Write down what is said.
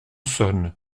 sonne